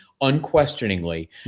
unquestioningly